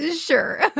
sure